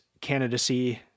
candidacy